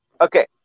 Okay